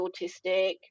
autistic